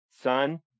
Son